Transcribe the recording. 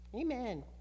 Amen